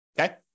Okay